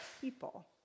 people